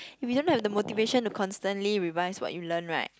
if you don't have the motivation to constantly revise what you learn right